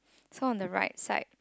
so on the right side